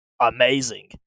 amazing